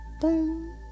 boom